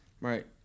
Right